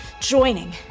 joining